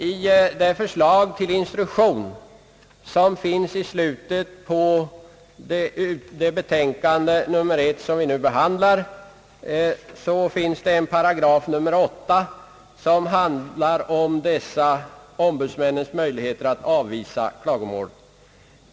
I det förslag till instruktion som finns i slutet på betänkandet nr 1, vilket vi nu behandlar, återfinnes en paragraf, 8 §, som handlar om ombudsmännens möjligheter att avvisa klagomål.